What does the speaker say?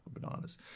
bananas